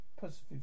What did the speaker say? positive